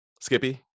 Skippy